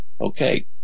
Okay